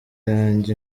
yanjye